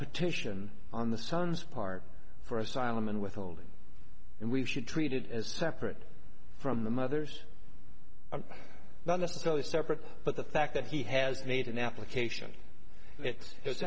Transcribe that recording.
petition on the son's part for asylum and withholding and we should treat it as separate from the mother's not necessarily separate but the fact that he has made an application it's